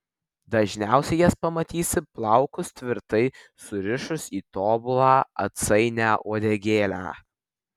dažniausiai jas pamatysi plaukus tvirtai surišus į tobulą atsainią uodegėlę